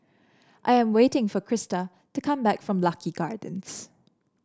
I am waiting for Crysta to come back from Lucky Gardens